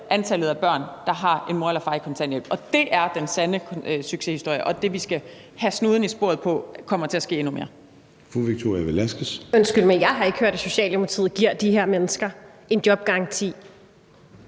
antallet af børn, der har en mor eller far på kontanthjælp. Det er den sande succeshistorie, og det er det, vi skal have snuden i sporet for kommer til at ske endnu mere.